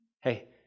hey